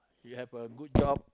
you have a good job